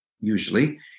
usually